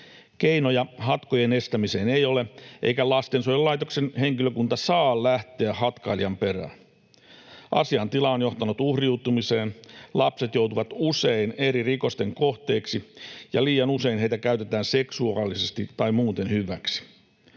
Keinoja hatkojen estämiseen ei ole, eikä lastensuojelulaitoksen henkilökunta saa lähteä hatkailijan perään. Asiantila on johtanut uhriutumiseen: Lapset joutuvat usein eri rikosten kohteeksi ja liian usein heitä käytetään seksuaalisesti tai muuten hyväksi.